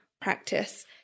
practice